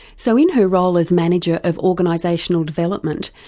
so in her role as manager of organisational development,